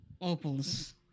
Opal's